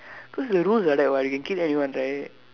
cause the rules like that what you can kill anyone right